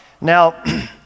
Now